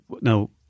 Now